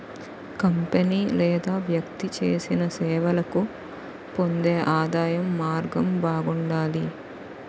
company లేదా వ్యక్తి చేసిన సేవలకు పొందే ఆదాయం మార్గం బాగుండాలి